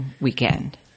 weekend